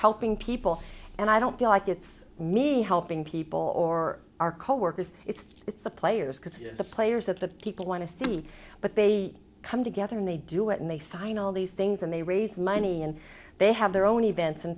helping people and i don't feel like it's me helping people or our coworkers it's it's the players because the players that the people want to see but they come together and they do it and they sign all these things and they raise money and they have their own events